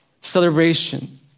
Celebration